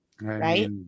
right